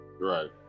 Right